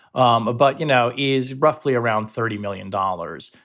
um but, you know, is roughly around thirty million dollars.